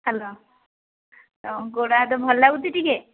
hello ଗୋଡ଼ ହାତ ଭଲ ଲାଗୁଛି ଟିକେ